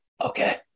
Okay